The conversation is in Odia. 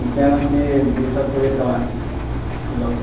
ଚିକେନ ଅଛି ଦୁଇ ଶହ କୋଡ଼ିଏ ଟଙ୍କା କିଲୋ